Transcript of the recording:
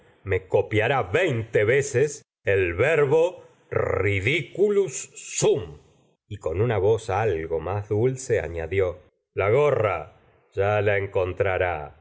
bovaiiy rá veinte veces el verbo ridieulus sum y con una voz algo más dulce añadió la gorra ya la encontrará